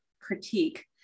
critique